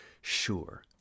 Sure